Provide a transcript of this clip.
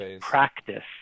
practice